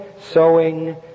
sowing